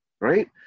right